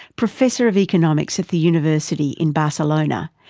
professor of economics at the university in barcelona,